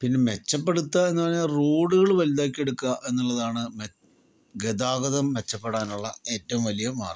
പിന്നെ മെച്ചപ്പെടുത്തുക എന്ന് പറഞ്ഞാൽ റോഡുകളു വലുതാക്കി എടുക്കുക എന്നുള്ളതാണ് ഗതാഗതം മെച്ചപ്പെടാനുള്ള എറ്റവും വലിയ മാർഗം